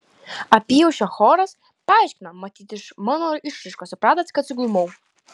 apyaušrio choras paaiškino matyt iš mano išraiškos supratęs kad suglumau